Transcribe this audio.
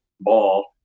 ball